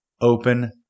open